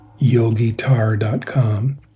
yogitar.com